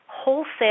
wholesale